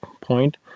point